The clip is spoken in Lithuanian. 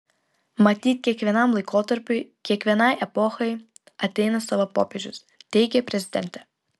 matyt kiekvienam laikotarpiui kiekvienai epochai ateina savo popiežius teigė prezidentė